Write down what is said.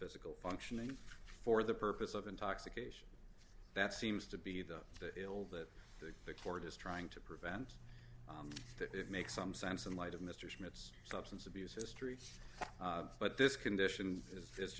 physical functioning for the purpose of intoxication that seems to be the ill that the cord is trying to prevent that it makes some sense in light of mr smith's substance abuse history but this condition is